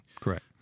correct